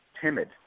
timid